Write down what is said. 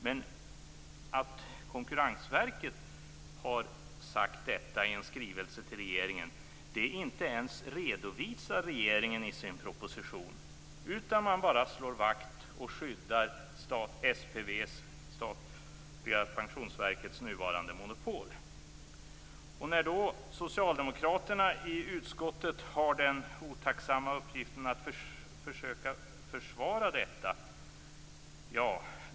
Men att Konkurrensverket har sagt detta i en skrivelse till regeringen har regeringen inte ens redovisat i propositionen, utan regeringen skyddar det statliga pensionsverkets, SPV:s, nuvarande monopol. Det är ingen lätt uppgift för Socialdemokraterna i utskottet att ha den otacksamma uppgiften att försöka försvara detta.